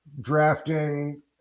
drafting